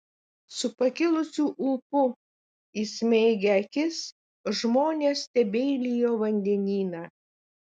su pakilusiu ūpu įsmeigę akis žmonės stebeilijo vandenyną